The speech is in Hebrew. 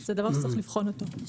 זה דבר שצריך לבחון אותו.